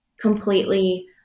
completely